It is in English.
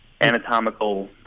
anatomical